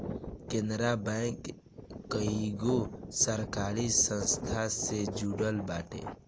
Canara bank कईगो सरकारी संस्था से जुड़ल बाटे